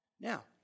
Now